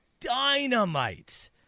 dynamite